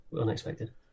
unexpected